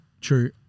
True